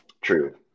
True